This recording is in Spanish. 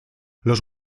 los